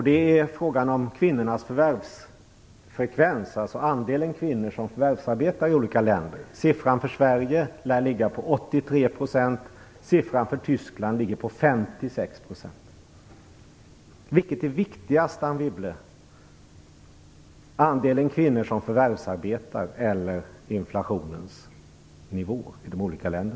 Det är frågan om kvinnors förvärvsfrekvens i olika länder, alltså andelen kvinnor som förvärvsarbetar. Siffran för Sverige ligger på 83 %. Siffran för Tyskland ligger på 56 %. Vilket är viktigast, Anne Wibble, andelen kvinnor som förvärvsarbetar eller inflationens nivå i de olika länderna?